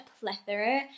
plethora